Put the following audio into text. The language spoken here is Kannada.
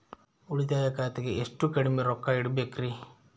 ಉಳಿತಾಯ ಖಾತೆಗೆ ಎಷ್ಟು ಕಡಿಮೆ ರೊಕ್ಕ ಇಡಬೇಕರಿ?